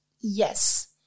yes